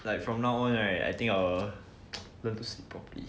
like from now on right I will learn to sleep properly